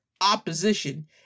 opposition